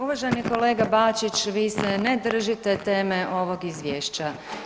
Uvaženi kolega Bačić, vi ste ne držite teme ovog izvješća.